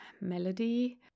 melody